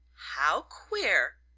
how queer!